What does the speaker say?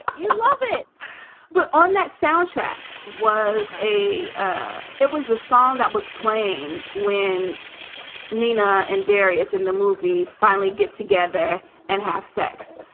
you love it but on that soundtrack was a ah it was a song that was playing when nina and derrius in the movie finally get together and have sex.